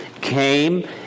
came